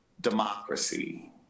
democracy